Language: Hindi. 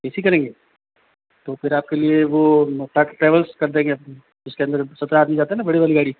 ए सी करेंगे तो फिर आपके लिए वो ट्रेवल्स कर देंगे जिसके अंदर सत्रह आदमी जाते ना बड़ी वाली गाड़ी